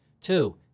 Two